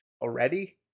already